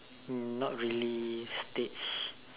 um not really staged